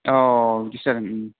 औ बिदिसो जादों